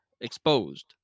exposed